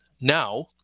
now